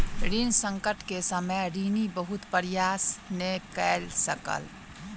ऋण संकट के समय ऋणी बहुत प्रयास नै कय सकल